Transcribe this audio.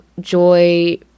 joy